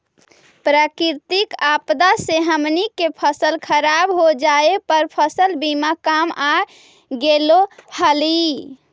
प्राकृतिक आपदा से हमनी के फसल खराब हो जाए पर फसल बीमा काम आ गेले हलई